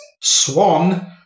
swan